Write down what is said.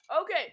Okay